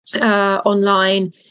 online